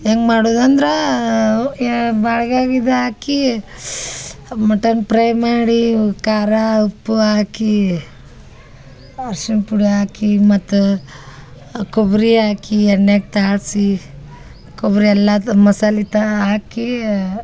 ಹೆಂಗ್ ಮಾಡುದ ಅಂದ್ರಾ ಬಾಳ್ಗ್ಯಾಗ ಇದು ಹಾಕಿ ಮಟನ್ ಪ್ರೈ ಮಾಡಿ ಖಾರ ಉಪ್ಪು ಹಾಕಿ ಅರ್ಶಿನ ಪುಡಿ ಹಾಕಿ ಮತ್ತು ಕೊಬ್ಬರಿ ಹಾಕಿ ಎಣ್ಣೆಗ ತಾಡ್ಸಿ ಕೊಬ್ಬರಿಯೆಲ್ಲ ಮಸಾಲೆತಾ ಹಾಕಿ